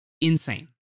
insane